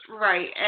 right